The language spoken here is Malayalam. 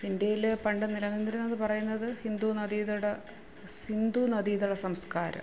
ഇന്ത്യയിൽ പണ്ട് നിലനിന്നിരുന്നത് എന്ന് പറയുന്നത് ഹിന്ദു നദീതട സിന്ധു നദീതട സംസ്കാരം